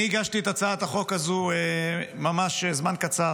אני הגשתי את הצעת החוק הזאת ממש זמן קצר